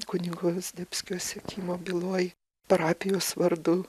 kunigo zdebskio sekimo byloj parapijos vardu